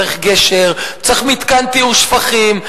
צריך גשר, צריך מתקן לטיהור שפכים.